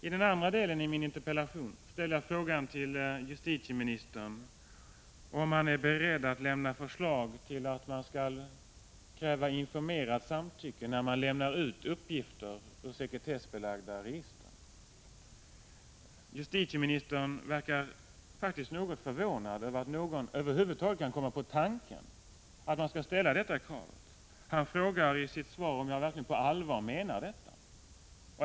I den andra delen av min interpellation ställer jag frågan till justitieministern om han är beredd att lämna förslag till att informerat samtycke skall krävas när uppgifter lämnas ut från sekretessbelagda register. Justitieministern verkar faktiskt något förvånad över att någon över huvud taget kan komma på tanken att ställa detta krav. Han frågar i sitt svar om jag verkligen på allvar menar detta.